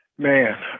Man